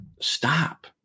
stop